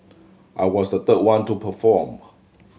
I was the third one to perform